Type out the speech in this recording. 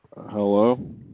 Hello